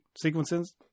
sequences